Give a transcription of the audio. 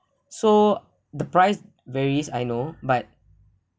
so the price varies I know but